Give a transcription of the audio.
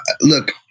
look